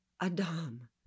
Adam